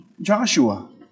Joshua